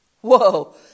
Whoa